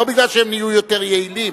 לא מפני שהם נהיו יותר יעילים.